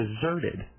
deserted